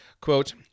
Quote